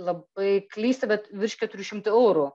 labai klysti bet virš keturių šimtų eurų